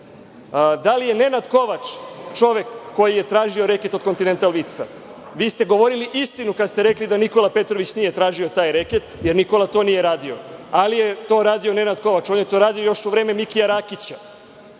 da li je Nenad Kovač čovek koji je tražio reket od „Kontinental vinca“? Vi ste govorili istinu kada ste rekli da Nikola Petrović nije tražio taj reket, jer Nikola nije to radio, ali je to radio Nenad Kovač. On je to radio još u vreme Mikija Rakića.